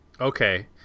Okay